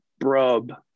Brub